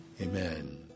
Amen